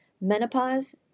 Menopause